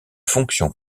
fonction